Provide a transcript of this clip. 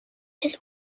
his